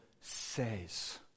says